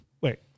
Wait